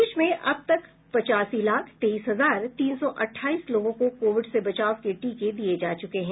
प्रदेश में अब तक पचासी लाख तेईस हजार तीन सौ अट्ठाईस लोगों को कोविड से बचाव के टीके दिये जा चुके हैं